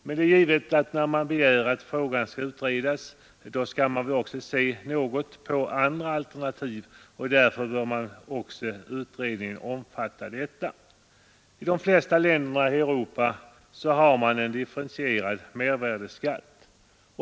Men när man begär att frågan skall utredas skall man givetvis också se något på andra alternativ, och därför bör utredningen även omfatta dessa. I de flesta länder i Europa har man en differentierad mervärdeskatt.